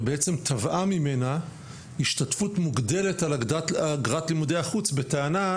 ובעצם תבעה ממנה השתתפות מוגדלת על אגרת לימודי החוץ בטענה,